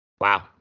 Wow